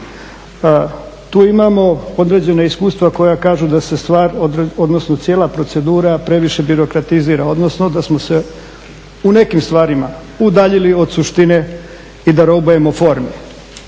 Tu imamo određena iskustva koja kažu da se stvar odnosno cijela procedura previše birokratizira odnosno da smo se u nekim stvarima udaljili od suštine i da robujemo formi.